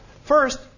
First